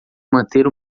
manter